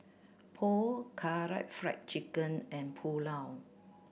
Pho Karaage Fried Chicken and Pulao